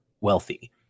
wealthy